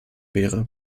wäre